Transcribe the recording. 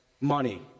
money